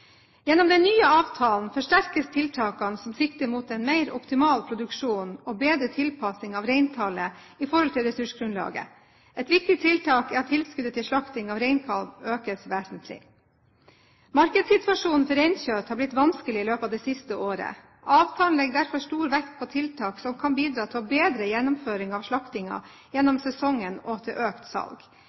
Gjennom den nye avtalen forsterkes tiltakene som sikter mot en mer optimal produksjon og bedre tilpasning av reintallet i forhold til ressursgrunnlaget. Ett viktig tiltak er at tilskuddet til slakting av reinkalv økes vesentlig. Markedssituasjonen for reinkjøtt har blitt vanskelig i løpet av det siste året. Avtalen legger derfor stor vekt på tiltak som kan bidra til å bedre gjennomføringen av slaktingen gjennom sesongen og til økt salg.